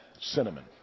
Cinnamon